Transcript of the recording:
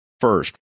first